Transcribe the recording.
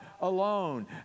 alone